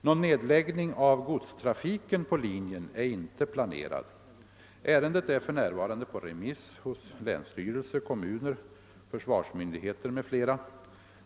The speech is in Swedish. Någon nedläggning av godstrafiken på linjen är inte planerad. Ärendet är för närvarande på remiss hos länsstyrelse, kommuner, försvarsmyndigheter m.fl.